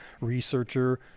researcher